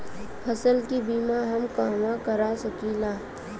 फसल के बिमा हम कहवा करा सकीला?